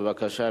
בבקשה.